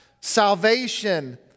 salvation